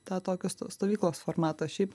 tą tokius stovyklos formatą šiaip